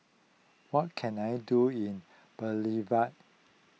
what can I do in Bolivia